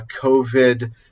COVID